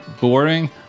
boring